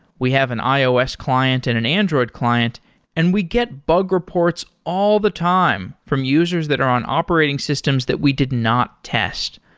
we have an ios client and an android client and we get bug reports all the time from users that are on operating systems that we did not test.